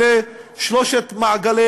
אלה שלושת מעגלי